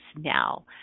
now